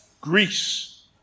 Greece